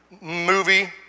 movie